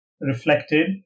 reflected